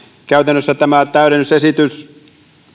käytännössä tämä täydennysesitys